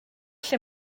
lle